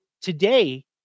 Today